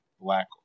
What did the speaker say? black